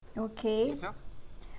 okay